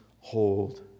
hold